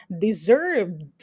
deserved